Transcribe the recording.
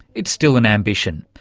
it's still an ambition,